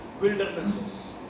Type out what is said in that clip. wildernesses